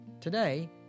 Today